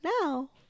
Now